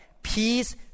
Peace